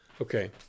Okay